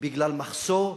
בגלל מחסור,